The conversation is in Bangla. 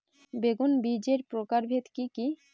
বেগুন বীজের প্রকারভেদ কি কী?